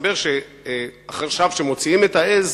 מסתבר שאחרי שמוציאים את העז,